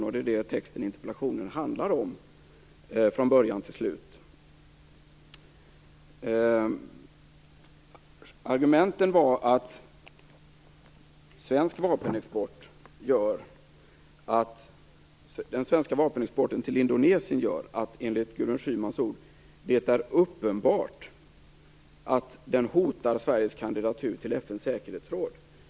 Det är också det som interpellationen från början till slut handlar om. Argumenten var att den svenska vapenexporten till Indonesien gör att det, enligt Gudrun Schyman, är uppenbart att den hotar Sveriges kandidatur till FN:s säkerhetsråd.